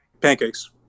pancakes